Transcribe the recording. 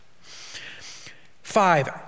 Five